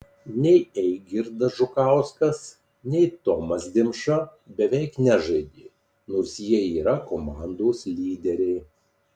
nei eigirdas žukauskas nei tomas dimša beveik nežaidė nors jie yra komandos lyderiai